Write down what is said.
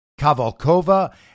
Kavalkova